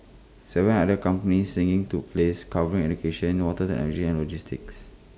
Seven other company singing took place covering education water technology and logistics